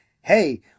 hey